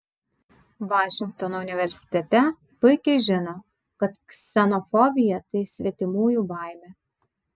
vašingtono universitete puikiai žino kad ksenofobija tai svetimųjų baimė